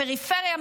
פריפריה,